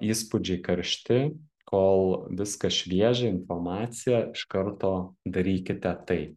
įspūdžiai karšti kol viskas šviežia informacija iš karto darykite tai